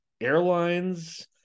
airlines